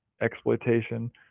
exploitation